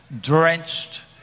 drenched